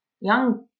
young